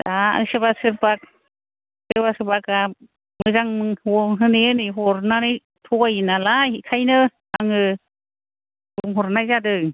दा सोरबा सोरबा मोजां होनै होनै हरनानै थगायोनालाय बेनिखायनो आङो बुंहरनाय जादों